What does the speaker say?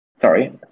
sorry